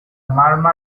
murmur